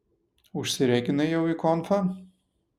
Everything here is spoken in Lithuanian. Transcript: užsireginai jau į konfą